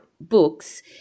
books